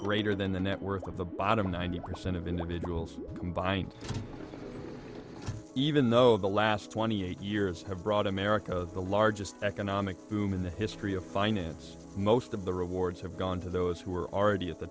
greater than the net worth of the bottom ninety percent of individuals combined even though the last twenty eight years have brought america the largest economic boom in the history of finance most of the rewards have gone to those who are already at the